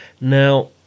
Now